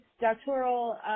doctoral